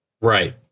Right